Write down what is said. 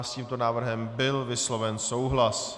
S tímto návrhem byl vysloven souhlas.